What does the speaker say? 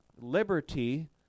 liberty